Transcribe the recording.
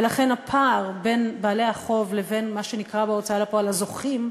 ולכן הפער בין בעלי החוב לבין מה שנקרא בהוצאה לפועל "הזוכים"